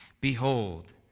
Behold